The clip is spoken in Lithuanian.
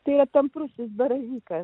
tie tamprusis baravykas